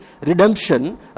redemption